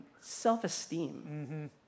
self-esteem